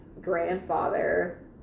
grandfather